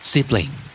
Sibling